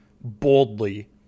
boldly